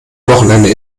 wochenende